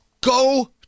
Go